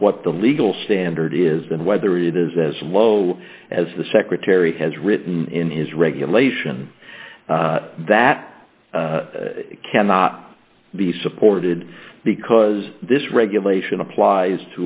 of what the legal standard is and whether it is as low as the secretary has written in his regulation that cannot be supported because this regulation applies